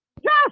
Yes